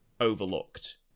Overlooked